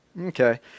Okay